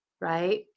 right